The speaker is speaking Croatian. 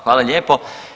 Hvala lijepo.